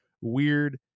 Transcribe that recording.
weird